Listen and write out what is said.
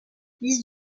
fils